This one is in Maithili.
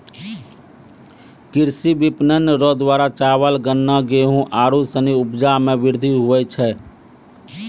कृषि विपणन रो द्वारा चावल, गन्ना, गेहू आरू सनी उपजा मे वृद्धि हुवै छै